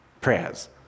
prayers